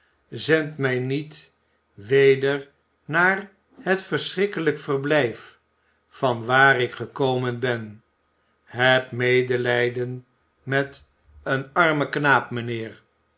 zend mij niet weder naar het verschrikkelijk verblijf van waar ik gekomen ben heb medelijden met een armen knaap mijnheer